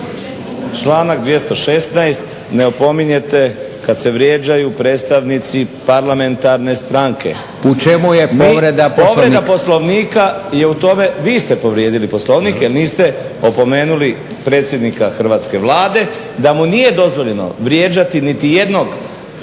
Članak 216.ne opominjete kada se vrijeđaju predstavnici parlamentarne stranke. **Leko, Josip (SDP)** U čemu je povreda Poslovnika? **Burić, Dinko (HDSSB)** Povreda Poslovnika je u tome, vi ste povrijedili Poslovnik jer niste opomenuli predsjednika hrvatske Vlade da mu nije dozvoljeno vrijeđati niti jednog